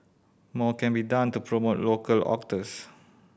more can be done to promote local authors